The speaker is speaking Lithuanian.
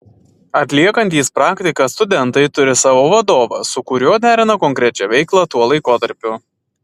atliekantys praktiką studentai turi savo vadovą su kuriuo derina konkrečią veiklą tuo laikotarpiu